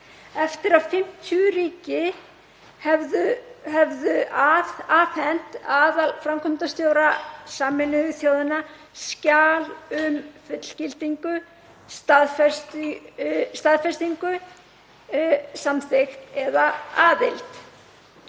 eftir að 50 ríki höfðu afhent aðalframkvæmdastjóra Sameinuðu þjóðanna skjal um fullgildingu, staðfestingu, samþykki eða aðild.